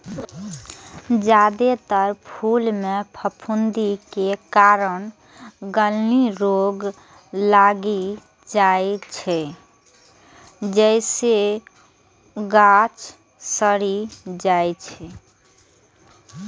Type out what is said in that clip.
जादेतर फूल मे फफूंदी के कारण गलनी रोग लागि जाइ छै, जइसे गाछ सड़ि जाइ छै